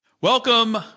Welcome